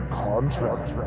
contract